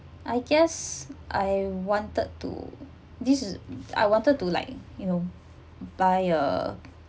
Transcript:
I guess I wanted to this is I wanted to like you know buy a